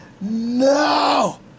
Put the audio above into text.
no